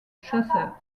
chasseur